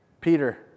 Peter